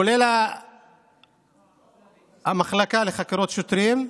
כולל המחלקה לחקירות שוטרים,